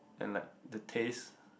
and like the taste